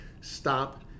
stop